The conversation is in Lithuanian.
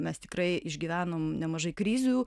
mes tikrai išgyvenom nemažai krizių